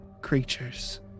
creatures